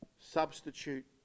substitute